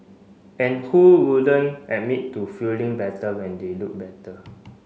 and who wouldn't admit to feeling better when they look better